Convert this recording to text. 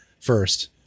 first